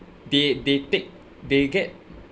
they they take they get